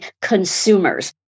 consumers